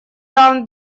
раунд